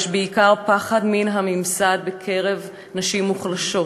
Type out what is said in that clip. יש בעיקר פחד מן הממסד בקרב נשים מוחלשות,